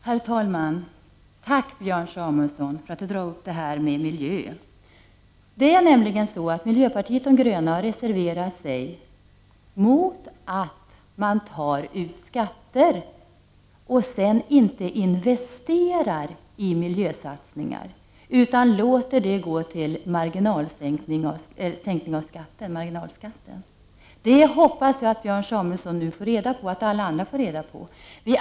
Herr talman! Jag vill ge Björn Samuelson ett tack för att han tog upp frågan om miljön. Miljöpartiet de gröna reserverar sig mot att man tar ut skatter och sedan inte investerar i miljösatsningar. I stället låter man detta gå till sänkningar av marginalskatten. Jag hoppas att Björn Samuelson och alla andra nu får reda på detta.